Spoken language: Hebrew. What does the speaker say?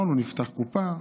אמרנו: נפתח קופה.